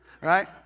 Right